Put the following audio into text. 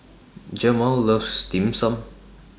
Jemal loves Dim Sum